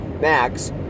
max